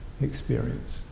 experience